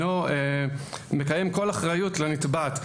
אינו מקיים כל אחריות לנתבעת.